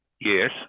Yes